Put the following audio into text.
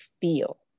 feel